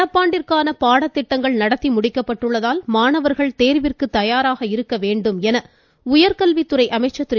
நடப்பாண்டிற்கான பாடத்திட்டங்கள் நடத்தி முடிக்கப்பட்டுள்ளதால் மாணவர்கள் தேர்விற்கு தயாராக இருக்க வேண்டும் என உயர்கல்வித்துறை அமைச்சர் திரு